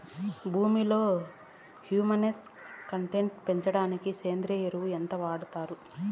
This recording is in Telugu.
భూమిలో హ్యూమస్ కంటెంట్ పెంచడానికి సేంద్రియ ఎరువు ఎంత వాడుతారు